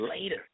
later